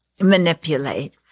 manipulate